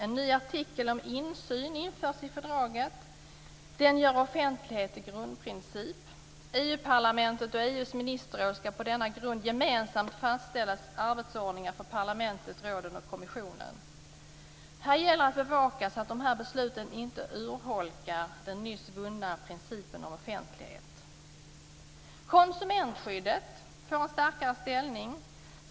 En ny artikel om insyn införs i fördraget. Den gör offentligheten till en grundprincip. EU parlamentet och EU:s ministerråd skall på denna grund gemensamt fastställa arbetsordningar för parlamentet, rådet och kommissionen. Här gäller det att bevaka så att dessa beslut inte urholkar den nyss vunna principen om offentlighet. Konsumentskyddet får en starkare ställning.